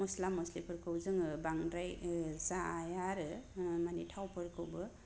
मस्ला मस्लिफोरखौ जोङो बांद्राय जाया आरो मानि थावफोरखौबो